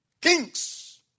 kings